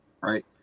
right